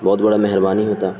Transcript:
بہت بڑا مہربانی ہوتا